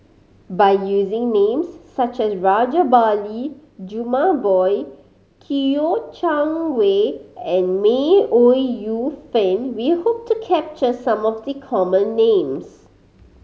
by using names such as Rajabali Jumabhoy Kouo Shang Wei and May Ooi Yu Fen we hope to capture some of the common names